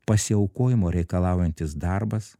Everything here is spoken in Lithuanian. pasiaukojimo reikalaujantis darbas